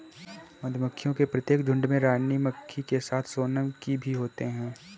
मधुमक्खियों के प्रत्येक झुंड में रानी मक्खी के साथ सोनम की भी होते हैं